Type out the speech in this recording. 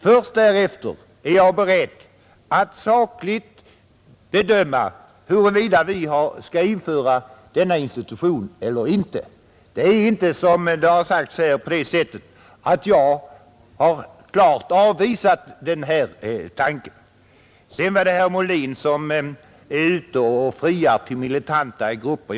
Först därefter är jag beredd att sakligt bedöma huruvida vi skall införa denna institution. Det är inte på det sättet, som det har sagts här, att jag bestämt har avvisat den här tanken. Herr Molin är ute och friar till militanta grupper.